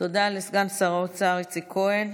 תודה לסגן שר האוצר איציק כהן.